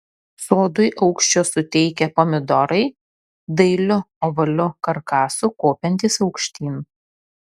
sodui aukščio suteikia pomidorai dailiu ovaliu karkasu kopiantys aukštyn